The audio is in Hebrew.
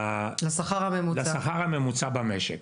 לשכר הממוצע במשק